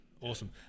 Awesome